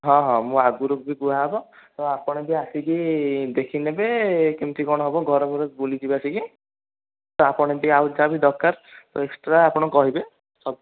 ହଁ ହଁ ମୁଁ ଆଗରୁ ବି କୁହା ହେବ ତ ଆପଣ ବି ଆସିକି ଦେଖି ନେବେ କେମିତି କ'ଣ ହେବ ଘର ଫର ବୁଲିଯିବେ ଆସିକି ତ ଆପଣ ଟିକେ ଆଉ ଯାହା ବି ଦରକାର ଏକ୍ସଟ୍ରା ଆପଣ କହିବେ ସବୁ